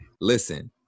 Listen